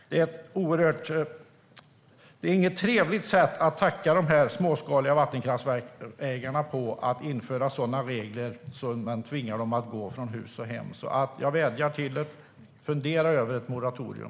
Det är inget trevligt sätt att tacka de ägarna till de småskaliga vattenkraftverken att införa sådana regler så att de tvingas att gå från hus och hem. Jag vädjar till ministern att fundera på ett moratorium.